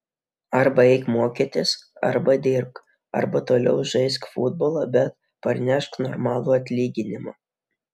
arba eik mokytis arba dirbk arba toliau žaisk futbolą bet parnešk normalų atlyginimą